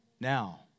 Now